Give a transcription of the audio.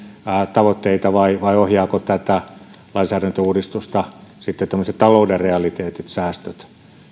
tavoitteita vai vai ohjaavatko tätä lainsäädäntöuudistusta tämmöiset talouden realiteetit säästöt